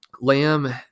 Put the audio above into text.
Lamb